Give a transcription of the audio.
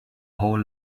whole